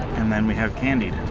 and then we have candied.